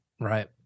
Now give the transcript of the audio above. Right